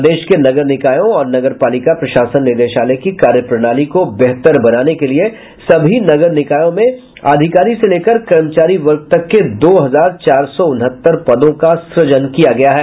प्रदेश के नगर निकायों और नगरपालिका प्रशासन निदेशालय की कार्य प्रणाली को बेहतर बनाने के लिये सभी नगर निकायों में अधिकारी से लेकर कर्मचारी वर्ग तक के दो हजार चार सौ उनहत्तर पदों का सुजन किया गया है